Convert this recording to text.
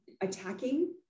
attacking